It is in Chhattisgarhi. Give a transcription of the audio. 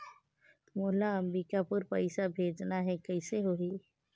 मोला अम्बिकापुर पइसा भेजना है, कइसे होही?